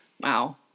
Wow